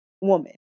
woman